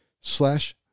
slash